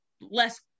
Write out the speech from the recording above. less